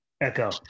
echo